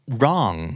wrong